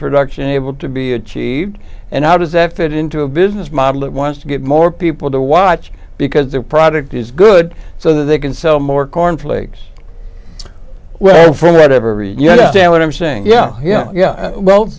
production able to be achieved and how does that fit into a business model that wants to get more people to watch because their product is good so they can sell more cornflakes well from right every you know what i'm saying yeah yeah yeah well